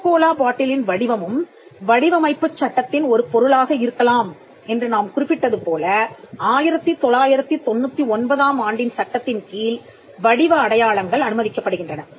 Coca Cola பாட்டிலின் வடிவமும் வடிவமைப்புச் சட்டத்தின் ஒரு பொருளாக இருக்கலாம் என்று நாம் குறிப்பிட்டது போல 1999 ஆம் ஆண்டின் சட்டத்தின்கீழ் வடிவ அடையாளங்கள் அனுமதிக்கப்படுகின்றன